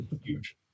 Huge